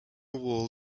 wall